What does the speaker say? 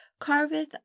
carveth